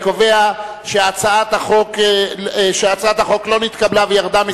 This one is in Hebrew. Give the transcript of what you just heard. אני קובע שהצעת החוק לא נתקבלה וירדה מסדר-היום.